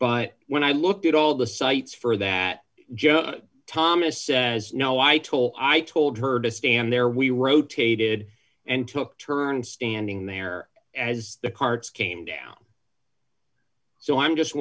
but when i looked at all the cites for that judge thomas says no i tool i told her to stand there we rotated and took turns standing there as the cards came down so i'm just